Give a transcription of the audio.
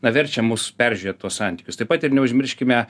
na verčia mus peržiūrėt tuos santykius taip pat ir neužmirškime